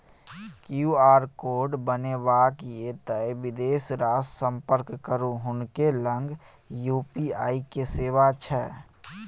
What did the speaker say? QR code बनेबाक यै तए बिदेसरासँ संपर्क करू हुनके लग यू.पी.आई के सेवा छै